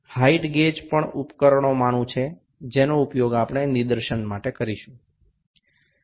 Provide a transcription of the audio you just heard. উচ্চতা মাপকও একটি যন্ত্র যা আমরা প্রদর্শিত করার জন্য ব্যবহার করব